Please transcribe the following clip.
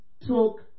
took